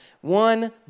One